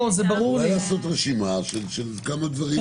אולי יעשו רשימה של כמה דברים.